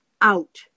out